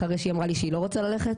אחרי שהיא אמרה לי שהיא לא רוצה ללכת,